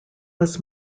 was